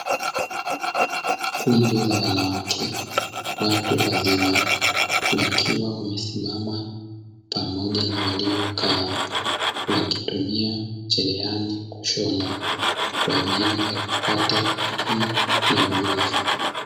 Kundi la wanawake, watu wazima wakiwa wamesimama pamoja na waliokaa wakitumia cherehani kushona, kwa ajili ya kupata elimu na ujuzi.